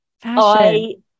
Fashion